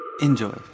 enjoy